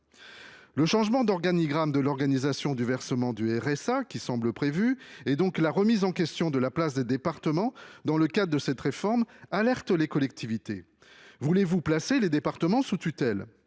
Le changement d'organigramme de l'organisation du versement du RSA, donc la remise en question de la place des départements dans le cadre de cette réforme, alertent les collectivités. Voulez-vous placer les départements sous tutelle ?